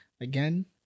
again